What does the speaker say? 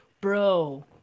bro